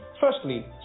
Firstly